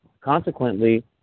Consequently